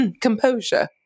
composure